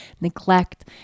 neglect